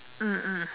mm mm